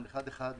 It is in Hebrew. אחד אחד,